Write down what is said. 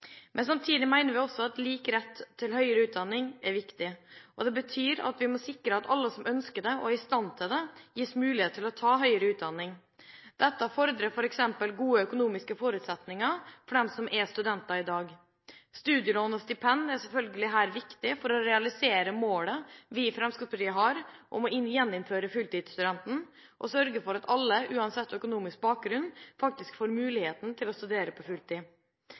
Men samtidig mener vi også at lik rett til høyere utdanning er viktig. Det betyr at vi må sikre at alle som ønsker det og er i stand til det, gis mulighet til å ta høyere utdanning. Dette fordrer f.eks. gode økonomiske forutsetninger for dem som er studenter i dag. Her er studielån og stipend selvfølgelig viktig for å realisere målet vi i Fremskrittspartiet har om å gjeninnføre fulltidsstudenten og sørge for at alle, uansett økonomisk bakgrunn, faktisk får muligheten til å studere på fulltid.